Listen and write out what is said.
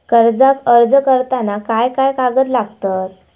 कर्जाक अर्ज करताना काय काय कागद लागतत?